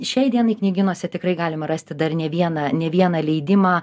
šiai dienai knygynuose tikrai galima rasti dar ne vieną ne vieną leidimą